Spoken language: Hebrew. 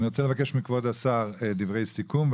אני רוצה לבקש מכבוד השר דברי סיכום,